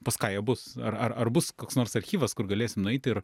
pas ką jie bus ar ar bus koks nors archyvas kur galės nueiti ir